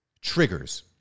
triggers